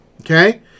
Okay